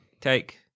take